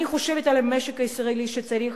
אני חושבת על המשק הישראלי, שצריך